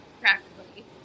practically